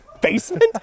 Basement